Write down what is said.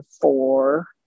four